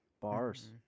Bars